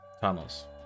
tunnels